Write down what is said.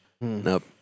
Nope